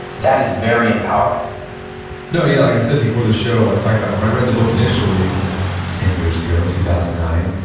that is very empowering no, yeah. like i said before the show i was talking about when i read the book initially ten years ago two thousand nine,